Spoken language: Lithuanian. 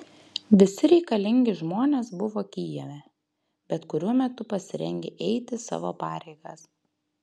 visi reikalingi žmonės buvo kijeve bet kuriuo metu pasirengę eiti savo pareigas